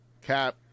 cap